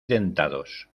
dentados